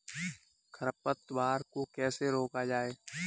खरपतवार को कैसे रोका जाए?